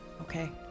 okay